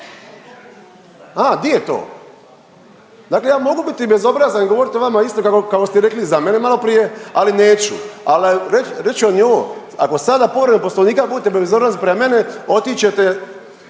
Ha? Di je to? Dakle, ja mogu biti bezobrazan i govoriti o vama isto kao što ste rekli za mene malo prije, ali neću. Ali reći ću vam i ovo. Ako sada povredom Poslovnika budete bezobrazni prema meni otići